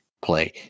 play